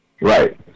Right